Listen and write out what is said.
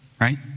right